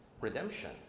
redemption